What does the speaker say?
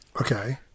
Okay